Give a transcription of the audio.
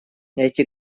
эти